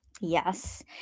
yes